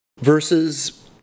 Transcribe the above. versus